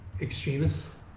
extremists